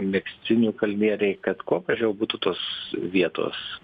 megztinių kalnieriai kad kuo mažiau būtų tos vietos